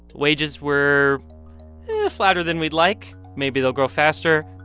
wages were flatter than we'd like. maybe they'll grow faster.